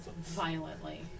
violently